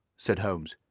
said holmes.